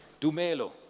Dumelo